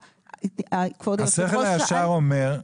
השכל הישר אומר,